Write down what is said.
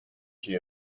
یکی